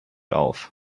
auf